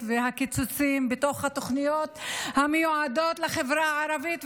והקיצוצים בתוכניות המיועדות לחברה הערבית.